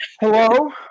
Hello